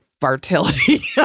fertility